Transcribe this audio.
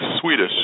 Swedish